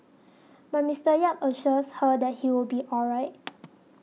but Mister Yap assures her that he will be all right